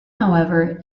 however